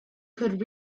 could